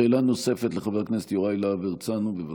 שאלה נוספת, לחבר הכנסת יוראי להב הרצנו, בבקשה.